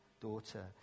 daughter